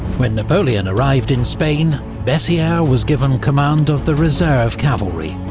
when napoleon arrived in spain, bessieres was given command of the reserve cavalry,